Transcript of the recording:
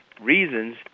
reasons